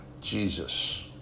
Jesus